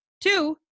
two